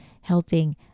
helping